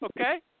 Okay